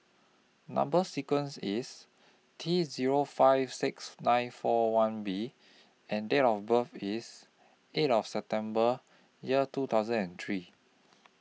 Number sequence IS T Zero five six nine four one B and Date of birth IS eight of September Year two thousand and three